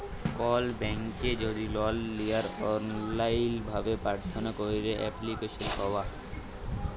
call ব্যাংকে যদি লল লিয়ার অললাইল ভাবে পার্থনা ক্যইরে এপ্লিক্যাসল পাউয়া